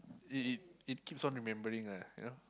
it it it keeps on remembering lah you know